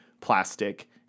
plastic